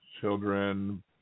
children